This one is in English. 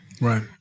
right